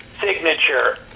signature